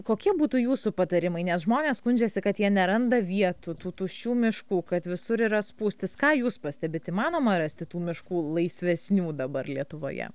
kokie būtų jūsų patarimai nes žmonės skundžiasi kad jie neranda vietų tų tuščių miškų kad visur yra spūstis ką jūs pastebit įmanoma rasti tų miškų laisvesnių dabar lietuvoje